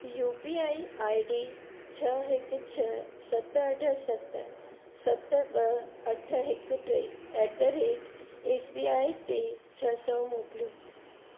U P I I D छह हिकु छह सत अठ सत सत ॿ अठ हिकु टे at the rate S B I ते छह सौ मोकिलियो